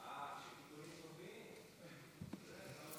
בבקשה, חבר